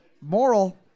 Moral